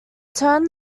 turned